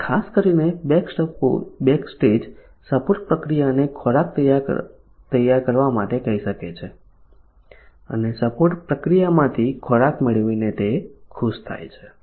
તે ખાસ કરીને બેકસ્ટેજ સપોર્ટ પ્રક્રિયાને ખોરાક તૈયાર કરવા માટે કહી શકે છે અને સપોર્ટ પ્રક્રિયામાંથી ખોરાક મેળવીને તે ખુશ છે